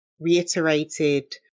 reiterated